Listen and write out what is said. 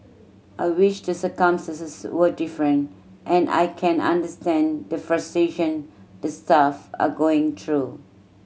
I wish the circumstance were different and I can understand the frustration the staff are going through